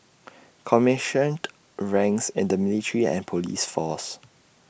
commissioned ranks in the military and Police force